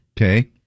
Okay